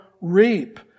reap